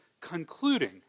concluding